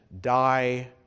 die